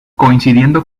coincidiendo